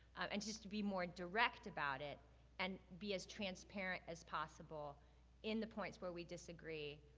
and just to be more direct about it and be as transparent as possible in the points where we disagree,